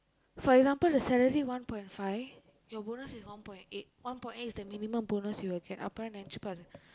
for example a salary one point five your bonus is one point eight one point eight is the minimum bonus you will get அப்பனா நினைச்சு பாரு:appanaa ninaichsu paaru